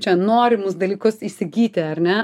čia norimus dalykus įsigyti ar ne